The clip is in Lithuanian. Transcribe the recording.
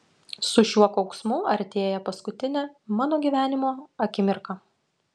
su šiuo kauksmu artėja paskutinė mano gyvenimo akimirka